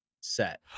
set